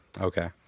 Okay